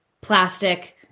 plastic